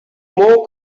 more